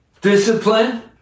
discipline